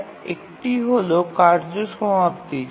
তার একটি হল কার্য সমাপ্তি